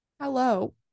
hello